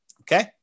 Okay